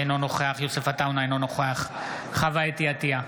אינו נוכח יוסף עטאונה, אינו נוכח חוה אתי עטייה,